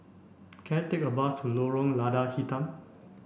can I take a bus to Lorong Lada Hitam